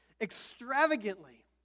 extravagantly